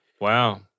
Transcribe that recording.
Wow